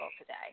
today